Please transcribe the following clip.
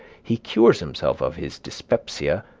he cures himself of his dyspepsia,